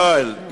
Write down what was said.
יואל,